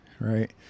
right